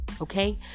Okay